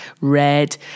red